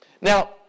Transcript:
Now